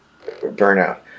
burnout